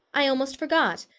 i almost forgot!